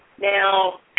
Now